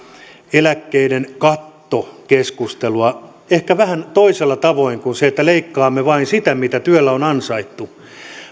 eläkkeiden katto keskustelua ehkä vähän toisella tavoin kuin että leikkaamme vain sitä mitä työllä on ansaittu